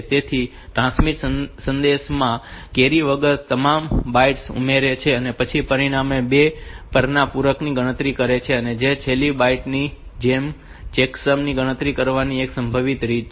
તેથી ટ્રાન્સમીટર સંદેશમાં કેરી વગર જ તમામ બાઇટ્સ ઉમેરે છે અને પછી પરિણામના 2 ના પૂરકની ગણતરી કરે છે અને તે જ છેલ્લી બાઈટ ની જેમ ચેકસમ ની ગણતરી કરવાની આ એક સંભવિત રીત છે